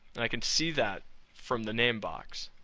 and i can see that from the name box.